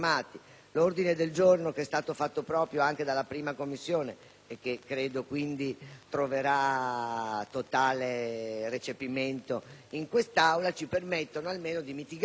l'ordine del giorno fatto proprio anche dalla 1a Commissione, che credo troverà totale recepimento in quest'Aula, ci permettono almeno di mitigare